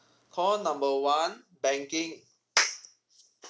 call number one banking